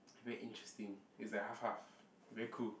very interesting it's like half half very cool